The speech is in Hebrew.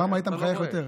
פעם היית מחייך יותר.